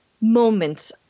moments